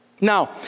Now